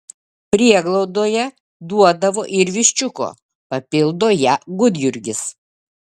prieglaudoje duodavo ir viščiuko papildo ją gudjurgis